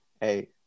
Hey